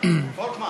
רופאי השיניים (מס' 6) (פטור מבחינות),